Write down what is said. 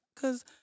Cause